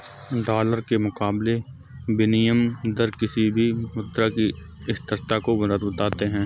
dollar के मुकाबले विनियम दर किसी भी मुद्रा की स्थिरता को बताते हैं